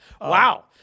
Wow